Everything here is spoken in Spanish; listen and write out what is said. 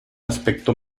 aspecto